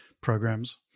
programs